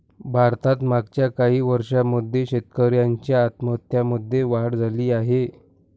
भारतात मागच्या काही वर्षांमध्ये शेतकऱ्यांच्या आत्महत्यांमध्ये वाढ झाली आहे